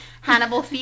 Hannibal